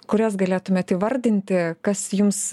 kurias galėtumėt įvardinti kas jums